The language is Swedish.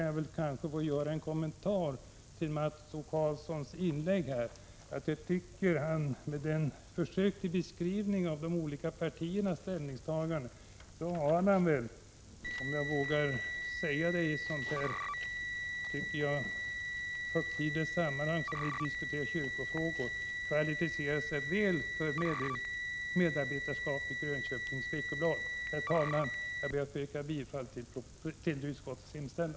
Jag skall göra den kommentaren till Mats O Karlssons inlägg, att han i sitt försök att beskriva de olika partiernas ställningstaganden — om jag vågar säga det i ett så högtidligt sammanhang som diskussionen om kyrkofrågorna — väl har kvalificerat sig för medarbetarskap i Grönköpings Veckoblad. Herr talman! Jag ber att få yrka bifall till utskottets hemställan.